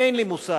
אין לי מושג.